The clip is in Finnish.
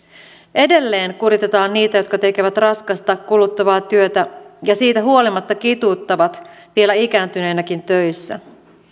edelleen kuritetaan niitä jotka tekevät raskasta kuluttavaa työtä ja siitä huolimatta kituuttavat vielä ikääntyneinäkin töissä